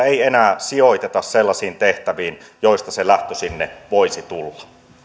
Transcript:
ei enää sijoiteta sellaisiin tehtäviin joista se lähtö sinne voisi tulla